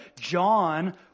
John